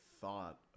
thought